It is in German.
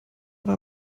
war